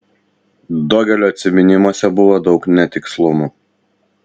dogelio atsiminimuose buvo daug netikslumų